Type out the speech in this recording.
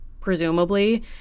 presumably